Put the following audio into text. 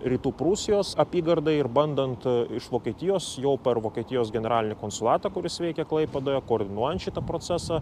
rytų prūsijos apygardai ir bandant iš vokietijos jau per vokietijos generalinį konsulatą kuris veikia klaipėdoje koordinuojant šitą procesą